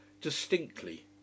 distinctly